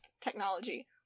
technology